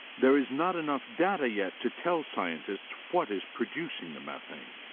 there is not enough data yet to tell scientists what is producing the methane,